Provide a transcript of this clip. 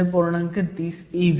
30 ev